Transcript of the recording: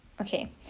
Okay